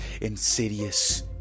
insidious